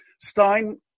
Stein